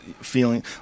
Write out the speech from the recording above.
feeling